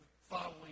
following